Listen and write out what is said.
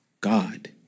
God